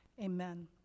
Amen